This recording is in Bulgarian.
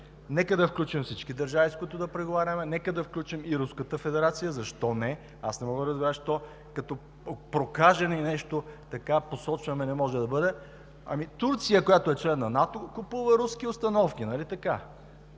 Нека да включим всички държави, с които да преговаряме, нека да включим и Руската федерация – защо не?! Аз не мога да разбера защо като прокажени посочваме, че не може да бъде. Турция, която е член на НАТО, купува руски установки. Нали така?!